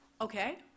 Okay